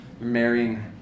marrying